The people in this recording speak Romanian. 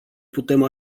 putem